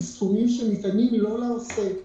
זה סכומים שניתנים לא לעוסק,